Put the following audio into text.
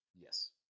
Yes